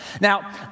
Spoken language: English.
Now